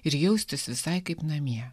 ir jaustis visai kaip namie